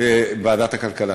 ועדת הכלכלה